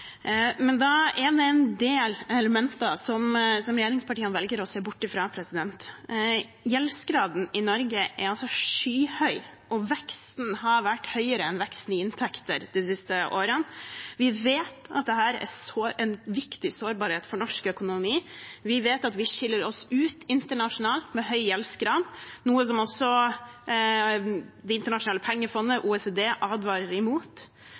men da er det en del elementer som regjeringspartiene velger å se bort fra. Gjeldsgraden i Norge er skyhøy, og veksten har vært høyere enn veksten i inntekter de siste årene. Vi vet at dette er en viktig sårbarhet for norsk økonomi, og vi vet at vi skiller oss ut internasjonalt med høy gjeldsgrad, noe som også Det internasjonale pengefondet og OECD advarer